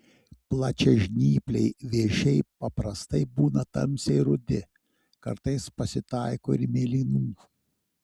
plačiažnypliai vėžiai paprastai būna tamsiai rudi kartais pasitaiko ir mėlynų